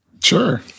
sure